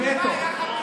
אבל בליבה,